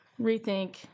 rethink